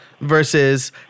versus